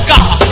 God